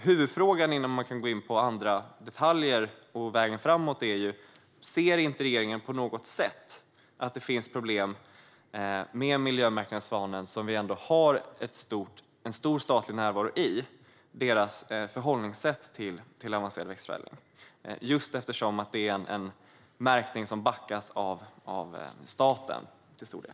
Huvudfrågan innan man kan gå in på detaljer och vägen framåt är alltså: Ser inte regeringen på något sätt att det finns problem med miljömärkningen Svanen, som vi har en stor statlig närvaro i, och dess förhållningssätt till avancerad växtförädling? Det är ju en märkning som till stor del backas av staten.